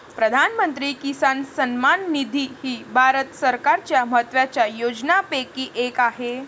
प्रधानमंत्री किसान सन्मान निधी ही भारत सरकारच्या महत्वाच्या योजनांपैकी एक आहे